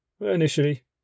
Initially